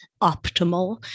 optimal